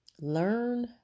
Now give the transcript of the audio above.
Learn